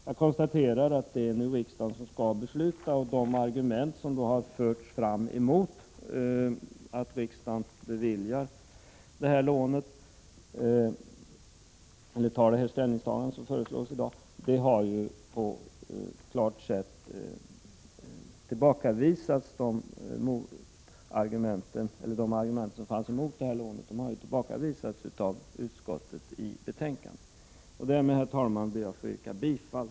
Jag konstaterar nu att det är riksdagen som skall besluta och att de argument som förts fram emot ett lån på ett klart sätt har tillbakavisats i betänkandet av utskottet. Därmed, herr talman, ber jag att få yrka bifall till utskottets hemställan.